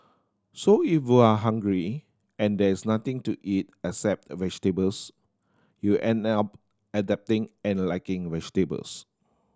so if you are hungry and there is nothing to eat except vegetables you end up adapting and liking vegetables